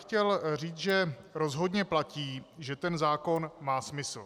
Chtěl bych říct, že rozhodně platí, že ten zákon má smysl.